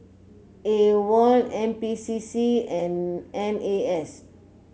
AWOL N P C C and N A S